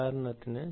ഉദാഹരണത്തിന്